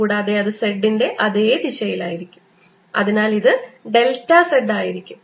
കൂടാതെ അത് z ന്റെ അതേ ദിശയിലായിരിക്കും അതിനാൽ ഇത് ഡെൽറ്റ z ആയിരിക്കും